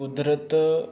ਕੁਦਰਤ